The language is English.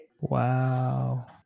Wow